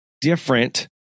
different